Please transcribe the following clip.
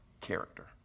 Character